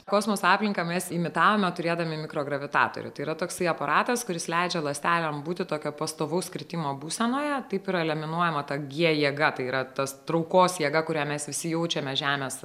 kosmoso aplinką mes imitavome turėdami mikrogravitatorių tai yra toksai aparatas kuris leidžia ląstelėm būti tokio pastovaus kritimo būsenoje taip yra eliminuojama ta gie jėga tai yra tas traukos jėga kurią mes visi jaučiame žemės